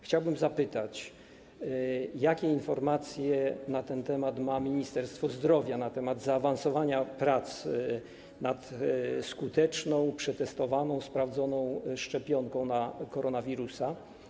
Chciałbym zapytać, jakie informacje na ten temat ma Ministerstwo Zdrowia, na temat zaawansowania prac nad skuteczną, przetestowaną, sprawdzoną szczepionką na koronawirusa.